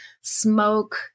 smoke